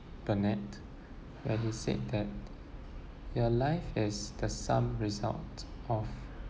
burnett where he said that your life is the sum result of